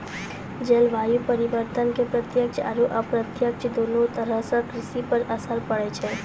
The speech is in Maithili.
जलवायु परिवर्तन के प्रत्यक्ष आरो अप्रत्यक्ष दोनों तरह सॅ कृषि पर असर पड़ै छै